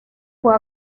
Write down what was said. fue